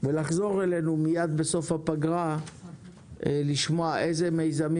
ולחזור אלינו בתום הפגרה לשמוע איזה מיזמים